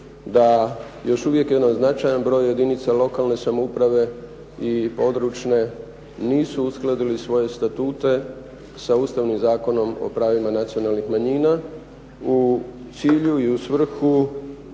da još uvijek jedan značajan broj jedinica lokalne samouprave i područne nisu uskladili svoje statute sa Ustavnim zakonom o pravima nacionalnih manjina u cilju i u svrhu